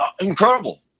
Incredible